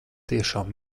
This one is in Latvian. tiešām